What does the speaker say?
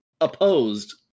opposed